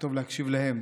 הכי טוב להקשיב להם: